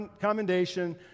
commendation